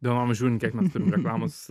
dienom žiūrint kiek mes turim reklamos